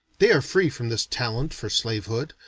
they are free from this talent for slave-hood.